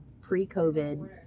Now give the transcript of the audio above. pre-covid